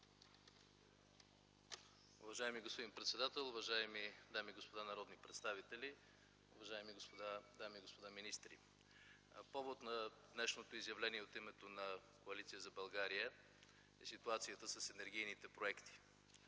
Уважаеми господин председател, уважаеми дами и господа народни представители, дами и господа министри! По повод на днешното изявление от името на Коалиция за България за ситуацията с енергийните проекти,